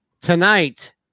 Tonight